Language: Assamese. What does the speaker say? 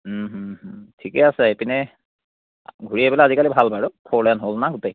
ঠিকে আছে এইপিনে ঘূৰি আহিবলৈ আজিকালি ভাল বাৰু ফ'ৰ লেন হ'ল ন গোটেই